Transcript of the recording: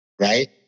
right